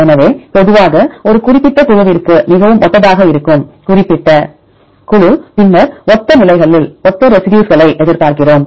எனவே பொதுவாக ஒரு குறிப்பிட்ட குழுவிற்கு மிகவும் ஒத்ததாக இருக்கும் குறிப்பிட்ட குழு பின்னர் ஒத்த நிலைகளில் ஒத்த ரெசிடியூஸ்களை எதிர்பார்க்கிறோம்